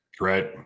right